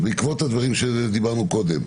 בעקבות הדברים שאמרנו קודם,